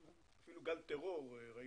גם טרור.